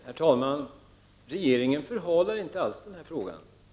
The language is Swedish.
Herr talman! Regeringen förhalar inte alls denna fråga.